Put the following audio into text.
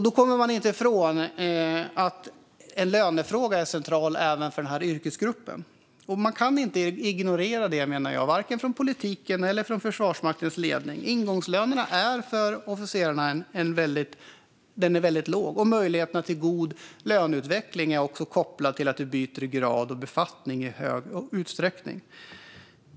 Vi kommer inte ifrån att lönefrågan är central även för officerare. Varken politiken eller Försvarsmaktens ledning kan ignorera detta. Ingångslönen för officerare är låg, och möjligheten till god löneutveckling är i stor utsträckning kopplad till byte av grad och befattning.